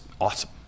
awesome